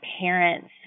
parents